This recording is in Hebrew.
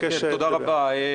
כן, תודה רבה.